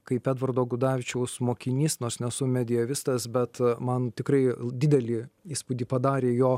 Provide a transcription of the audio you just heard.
kaip edvardo gudavičiaus mokinys nors nesu mediavistas bet man tikrai didelį įspūdį padarė jo